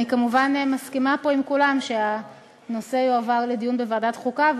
אני כמובן מסכימה פה עם כולם שהנושא יועבר לדיון בוועדת החוקה.